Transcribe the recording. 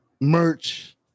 merch